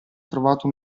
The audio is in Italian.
trovato